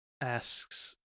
asks